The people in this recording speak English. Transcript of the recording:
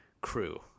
crew